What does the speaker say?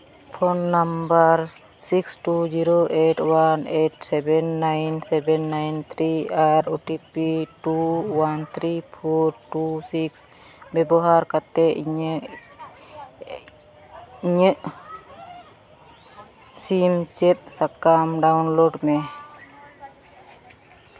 phone number six two zero eight one eight seven nine seven nine three ᱟᱨ O T P two one three four two six ᱵᱮᱵᱚᱦᱟᱨ ᱠᱟᱛᱮᱫ ᱤᱧᱟᱹᱜ ᱤᱧᱟᱹᱜ ᱥᱤᱱ ᱥᱤᱫ ᱥᱟᱠᱟᱢ ᱰᱟᱣᱩᱱᱞᱳᱰ ᱢᱮ